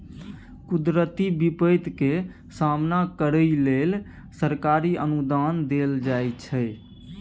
कुदरती बिपैत के सामना करइ लेल सरकारी अनुदान देल जाइ छइ